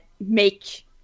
make